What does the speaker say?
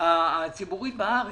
הציבורית בארץ.